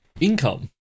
income